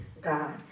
God